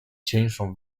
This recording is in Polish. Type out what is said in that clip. cieńszą